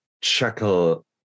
chuckle